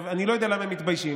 אני לא יודע למה הם מתביישים,